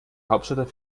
hauptstadt